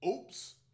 Oops